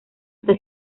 está